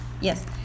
Yes